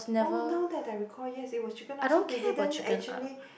oh now that I recall yes it was chicken up so they didn't actually